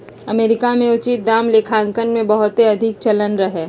America में उचित दाम लेखांकन के बहुते अधिक चलन रहै